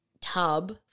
tub